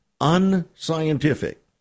unscientific